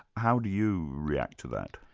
how do you react to that?